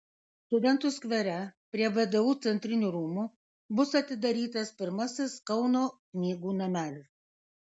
studentų skvere prie vdu centrinių rūmų bus atidarytas pirmasis kauno knygų namelis